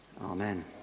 Amen